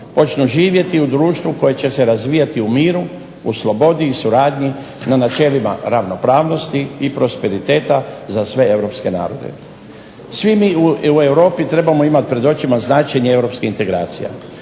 počnu živjeti u društvu koje će se razvijati u miru, slobodi i suradnji na načelima ravnopravnosti i prosperiteta za sve Europske narode. Svi mi u Europi trebamo imati pred očima značenje Europskih integracija,